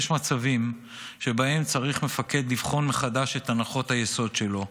יש מצבים שבהם צריך מפקד לבחון מחדש את הנחות היסוד שלו,